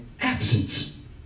absence